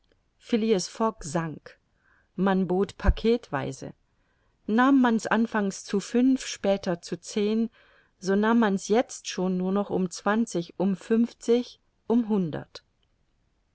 sank man bot packetweise nahm man's anfangs zu fünf später zu zehn so nahm man's jetzt schon nur noch um zwanzig um fünfzig um